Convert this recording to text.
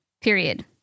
period